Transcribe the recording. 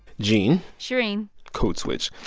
gene shereen code switch.